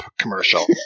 commercial